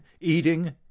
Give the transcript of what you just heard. eating